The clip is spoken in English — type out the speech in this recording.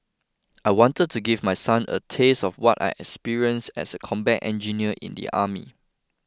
I wanted to give my son a taste of what I experienced as a combat engineer in the army